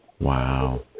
Wow